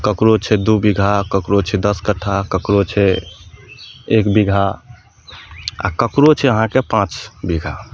ककरो छै दू बीघा ककरो छै दश कट्ठा ककरो छै एक बीघा आ ककरो छै अहाँके पाँच बीघा